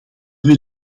wil